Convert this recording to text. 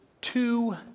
two